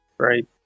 Right